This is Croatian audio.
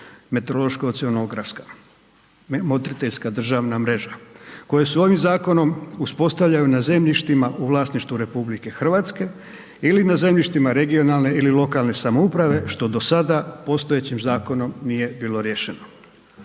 se ne razumije./... motriteljska državna mreža koje su ovim zakonom uspostavljaju na zemljištima u vlasništvu RH ili na zemljištima regionalne ili lokalne samouprave, što do sada postojećim zakonom nije bilo riješeno.